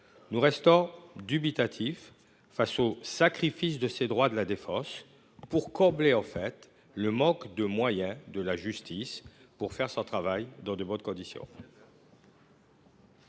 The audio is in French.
Nous restons dubitatifs quant au sacrifice des droits de la défense afin de combler le manque de moyens de la justice pour faire son travail dans de bonnes conditions.